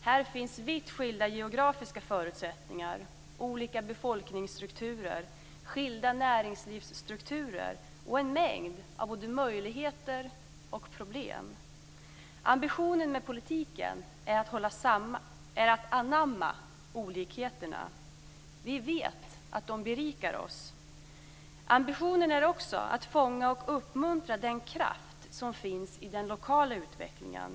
Här finns vitt skilda geografiska förutsättningar, olika befolkningsstrukturer, skilda näringslivsstrukturer och en mängd av både möjligheter och problem. Ambitionen med politiken är att anamma olikheterna. Vi vet att de berikar oss. Ambitionen är också att fånga och uppmuntra den kraft som finns i den lokala utvecklingen.